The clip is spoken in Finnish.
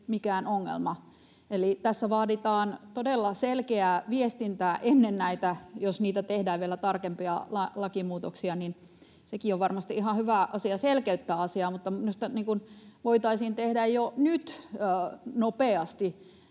mikään ongelma. Eli tässä vaaditaan todella selkeää viestintää ennen sitä, jos tehdään vielä tarkempia lakimuutoksia. On varmasti ihan hyvä asia selkeyttää asiaa. Minusta voitaisiin tehdä jo nyt nopeasti